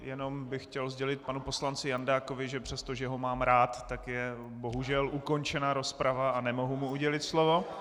Jenom bych chtěl sdělit panu poslanci Jandákovi, že přestože ho mám rád, tak je bohužel ukončena rozprava a nemohu mu udělit slovo.